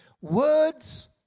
Words